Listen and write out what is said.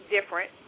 different